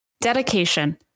Dedication